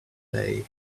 day